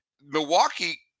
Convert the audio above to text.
Milwaukee